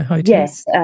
Yes